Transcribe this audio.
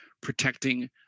protecting